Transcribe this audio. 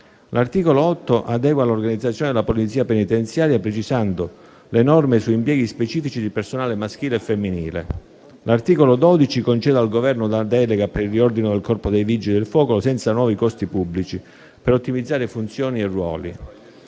L'articolo 8 adegua l'organizzazione della Polizia penitenziaria, precisando le norme su impieghi specifici di personale maschile e femminile. L'articolo 12 concede al Governo una delega per il riordino del Corpo dei vigili del fuoco, senza nuovi costi pubblici, per ottimizzare funzioni e ruoli.